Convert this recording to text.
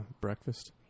Breakfast